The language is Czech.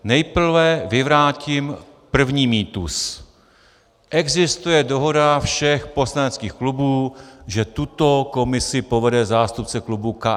Nejprve vyvrátím první mýtus existuje dohoda všech poslaneckých klubů, že tuto komisi povede zástupce klubu KSČM.